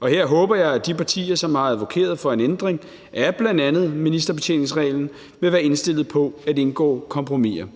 og her håber jeg, at de partier, som har advokeret for en ændring af bl.a. ministerbetjeningsreglen, vil være indstillet på at indgå kompromiser.